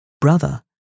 Brother